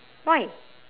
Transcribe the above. why